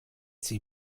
sie